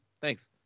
thanks